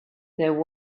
there